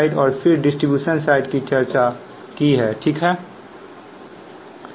और यह कुछ सेकेंडरी डिस्ट्रीब्यूशन सिस्टम के लिए लिखा गया है